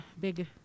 big